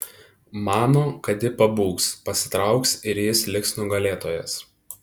mano kad ji pabūgs pasitrauks ir jis liks nugalėtojas